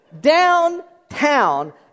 Downtown